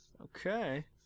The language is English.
Okay